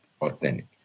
authentic